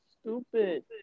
Stupid